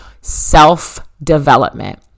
self-development